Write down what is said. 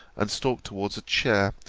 and stalk towards a chair,